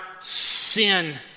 sin